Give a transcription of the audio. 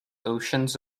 oceans